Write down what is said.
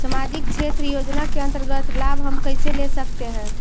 समाजिक क्षेत्र योजना के अंतर्गत लाभ हम कैसे ले सकतें हैं?